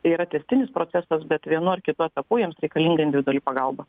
tai yra tęstinis procesas bet vienu ar kitu etapu jiems reikalinga individuali pagalba